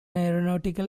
aeronautical